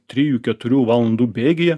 trijų keturių valandų bėgyje